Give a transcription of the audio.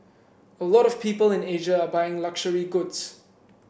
a lot of people in Asia are buying luxury goods